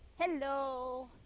Hello